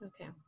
Okay